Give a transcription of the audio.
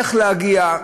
איך להגיע,